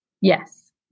Yes